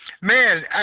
Man